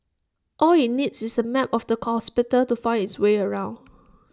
all IT needs is A map of the hospital to find its way around